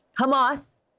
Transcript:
Hamas